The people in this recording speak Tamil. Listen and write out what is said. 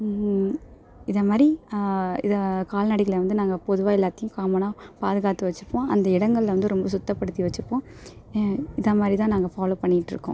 இதைமாரி இதை கால்நடைகளை வந்து நாங்கள் பொதுவாக எல்லாத்தையும் காமனாக பாதுகாத்து வச்சிருப்போம் அந்த இடங்கள்ல வந்து ரொம்ப சுத்தப்படுத்தி வச்சிப்போம் இதைமாரி தான் நாங்கள் ஃபாலோ பண்ணிட்டிருக்கோம்